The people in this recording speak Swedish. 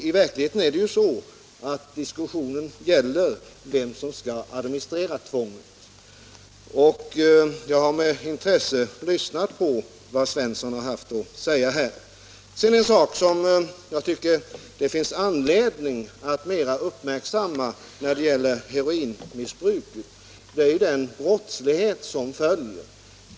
I verkligheten gäller diskussionen vem som skall administrera tvånget. Jag har med intresse lyssnat på vad herr Svensson i Kungälv har haft att säga här. En sak som jag tycker det finns anledning att mer uppmärksamma när det gäller heroinmissbruket är den brottslighet som följer därav.